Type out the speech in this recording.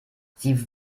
sie